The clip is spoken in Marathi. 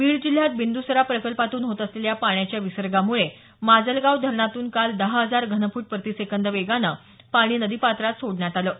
बीड जिल्ह्यात बिंदुसरा प्रकल्पातून होत असलेल्या पाण्याच्या विसर्गामुळे माजलगाव धरणातून काल दहा हजार घनफूट प्रतिसेकंद वेगानं पाणी नदीपात्रात सोडण्यात आलं आहे